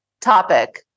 topic